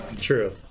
true